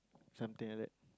something like that